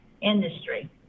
industry